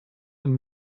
and